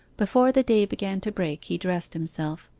before the day began to break he dressed himself.